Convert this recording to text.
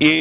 i